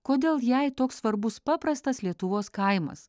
kodėl jai toks svarbus paprastas lietuvos kaimas